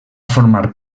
formar